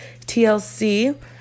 TLC